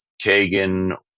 Kagan